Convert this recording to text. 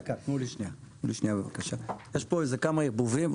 יש פה איזה כמה ערבובים.